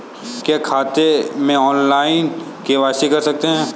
क्या खाते में ऑनलाइन के.वाई.सी कर सकते हैं?